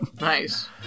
Nice